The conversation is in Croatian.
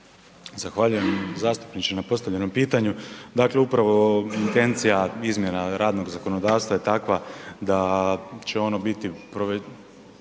Zahvaljujem zastupniče na postavljenom pitanju. Dakle, upravo intencija izmjena radnog zakonodavstva je takva da će ono biti